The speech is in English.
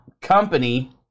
company